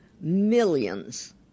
millions